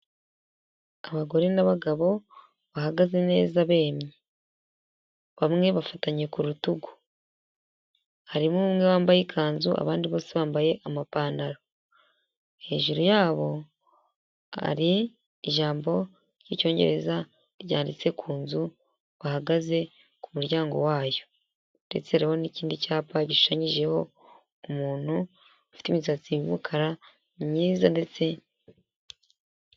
Abagore n'abagabo bahagaze neza bemye bamwe bafatanye ku rutugu harimo umwe wambaye ikanzu abandi bose bambaye amapantaro ,hejuru y'abo hari ijambo ry'icyongereza ryanditse ku nzu bahagaze ku muryango wayo ndetse hari n'ikindi cyapa gishushanyijeho umuntu ufite imisatsi y'umukara myiza ndetse.